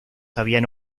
habían